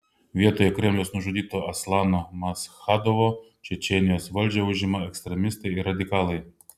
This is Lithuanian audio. vietoje kremliaus nužudyto aslano maschadovo čečėnijos valdžią užima ekstremistai ir radikalai